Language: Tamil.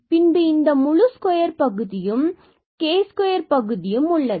பின்பு இந்த முழு ஸ்கொயர் பகுதியும் மற்றும் பகுதியும் k2 உள்ளது